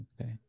okay